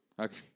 Okay